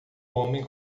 homem